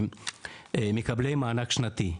מקבלי מענק שנתי,